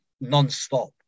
non-stop